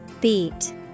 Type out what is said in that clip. Beat